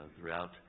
throughout